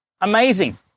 amazing